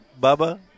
Bubba